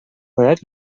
باید